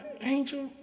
angel